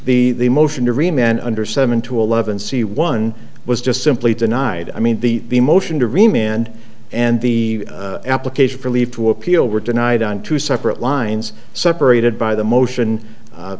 the motion to remain under seven to eleven c one was just simply denied i mean the the motion to remain and and the application for leave to appeal were denied on two separate lines separated by the motion